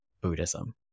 buddhism